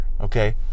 okay